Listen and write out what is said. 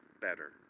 better